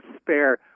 spare